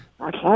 Okay